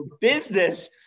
business